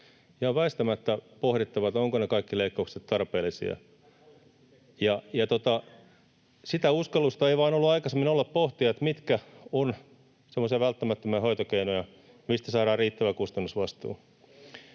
on väistämättä pohdittava, ovatko ne kaikki leikkaukset tarpeellisia. [Markus Lohen välihuuto] Sitä uskallusta ei vain ole aikaisemmin ollut pohtia, mitkä ovat semmoisia välttämättömiä hoitokeinoja, mistä saadaan riittävä kustannusvastuu.